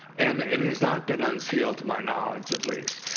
and and it has not been unsealed, to my knowledge at least.